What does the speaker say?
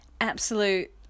absolute